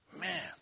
man